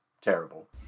terrible